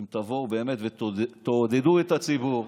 אם תבואו באמת ותעודדו את הציבור,